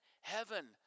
heaven